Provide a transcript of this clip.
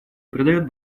придает